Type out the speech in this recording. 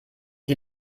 die